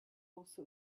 also